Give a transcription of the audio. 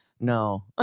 No